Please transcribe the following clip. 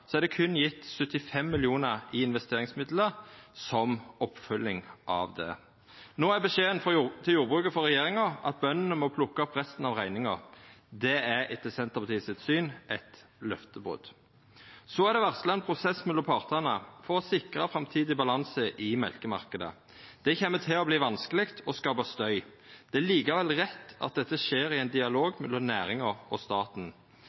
Så er det varsla ein prosess mellom partane for å sikra framtidig balanse i mjølkemarknaden. Det kjem til å verta vanskeleg og skapa støy. Det er likevel rett at dette skjer i ein dialog mellom næringa og staten.